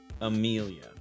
Amelia